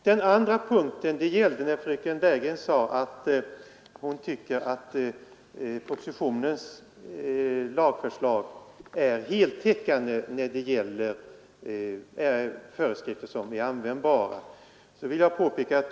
För det andra sade fröken Bergegren att hon tycker att propositionens lagförslag är heltäckande när det gäller användbara föreskrifter.